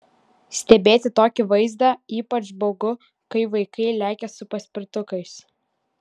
stebėti tokį vaizdą ypač baugu kai vaikai lekia su paspirtukais